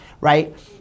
right